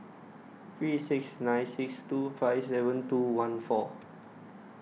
three six nine six two five seven two one four